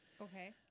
Okay